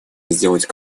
сделать